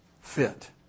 fit